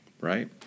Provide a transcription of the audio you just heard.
right